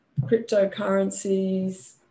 cryptocurrencies